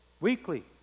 weekly